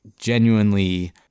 genuinely